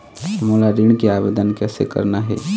मोला ऋण के आवेदन कैसे करना हे?